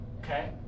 Okay